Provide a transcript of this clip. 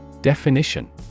Definition